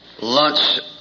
lunch